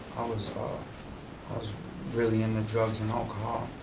was um was really into drugs and alcohol,